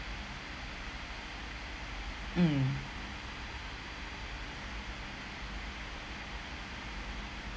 mm